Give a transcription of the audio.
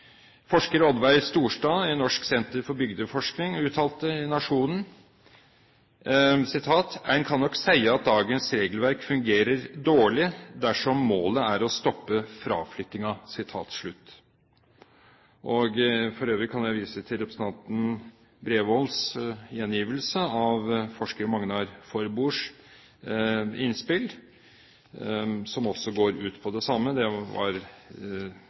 Forsker Oddveig Storstad i Norsk senter for bygdeforskning uttalte i Nationen: «Ein kan nok seie at dagens regelverk fungerer dårleg dersom målet er å stoppe fråflyttinga.» For øvrig kan jeg vise til representanten Bredvolds gjengivelse av forsker Magnar Forbords innspill, som går ut på det samme. Det var